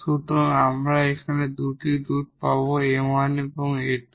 সুতরাং আমরা এখানে এই দুটি রুট পাব a1 এবং 𝑎2